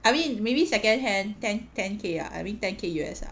I mean maybe second hand ten ten K ah I mean ten K U_S ah